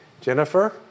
Jennifer